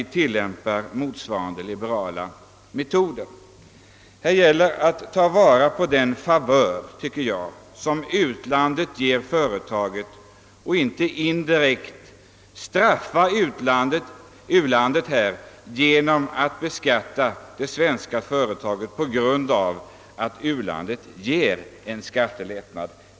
Det gäller att ta vara på den favör som u-landet ger företaget och inte indirekt straffa u-landet genom att beskatta det svenska företaget därför att u-landet ger en skattelättnad.